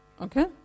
okay